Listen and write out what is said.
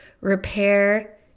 repair